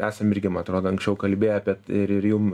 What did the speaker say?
esam irgi ma atrodo anksčiau kalbėję apie ir ir jum